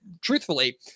truthfully